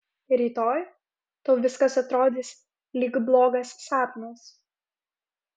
rytoj tau viskas atrodys lyg blogas sapnas